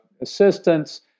assistance